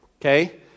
okay